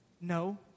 No